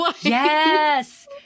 Yes